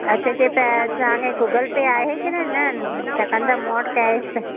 अच्छा ते पै तव्हांखे गूगल पे आहे के न न छाकाणि त मूं वटि कैश